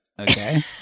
Okay